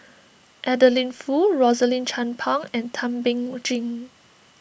Adeline Foo Rosaline Chan Pang and Thum Ping Tjin